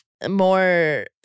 More